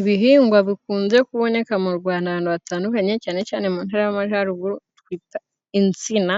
Ibihingwa bikunze kuboneka mu Rwanda ahantu hatandukanye cyane cyane mu ntara y'amajaruguru twita insina